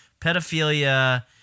pedophilia